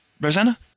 Rosanna